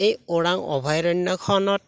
এই ওৰাং অভয়াৰণ্যখনত